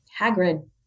Hagrid